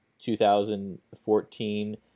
2014